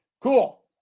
cool